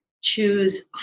choose